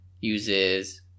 uses